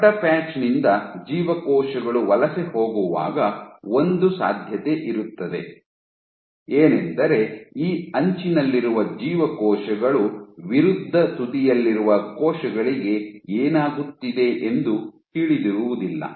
ದೊಡ್ಡ ಪ್ಯಾಚ್ ನಿಂದ ಜೀವಕೋಶಗಳು ವಲಸೆ ಹೋಗುವಾಗ ಒಂದು ಸಾಧ್ಯತೆಯೆಂದರೆ ಈ ಅಂಚಿನಲ್ಲಿರುವ ಕೋಶಗಳು ವಿರುದ್ಧ ತುದಿಯಲ್ಲಿರುವ ಕೋಶಗಳಿಗೆ ಏನಾಗುತ್ತಿದೆ ಎಂದು ತಿಳಿದಿರುವುದಿಲ್ಲ